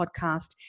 podcast